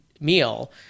meal